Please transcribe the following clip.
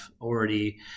already